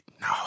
No